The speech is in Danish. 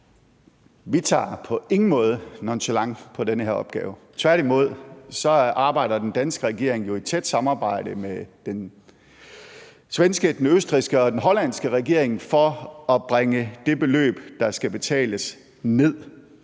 Vi tager på ingen måde nonchalant på den her opgave – tværtimod arbejder den danske regering jo i tæt samarbejde med den svenske, den østrigske og den hollandske regering for at bringe det beløb, der skal betales, ned.